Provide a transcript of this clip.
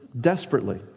desperately